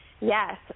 Yes